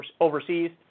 overseas